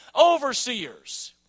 Overseers